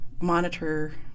monitor